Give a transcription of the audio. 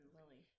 Lily